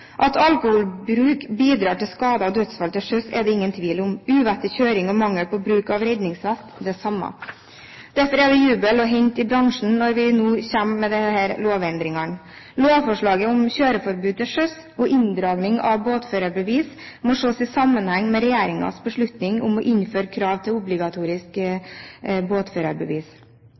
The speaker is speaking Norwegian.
At alkoholbruk bidrar til skader og dødsfall til sjøs, er det ingen tvil om. Uvettig kjøring og mangel på bruk av redningsvest har ført til det samme. Derfor er det jubel å hente i bransjen når vi nå kommer med disse lovendringene. Lovforslaget om kjøreforbud til sjøs og inndragning av båtførerbevis må ses i sammenheng med regjeringens beslutning om å innføre krav til obligatorisk båtførerbevis.